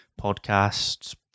podcasts